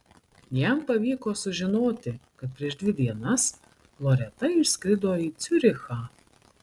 jam pavyko sužinoti kad prieš dvi dienas loreta išskrido į ciurichą